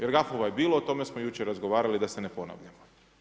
Jer gafova je bilo, o tome smo jučer razgovarali, da se ne ponavljam.